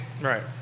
Right